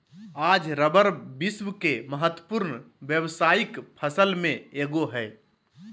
आज रबर विश्व के महत्वपूर्ण व्यावसायिक फसल में एगो हइ